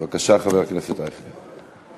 בבקשה, חבר הכנסת אייכלר.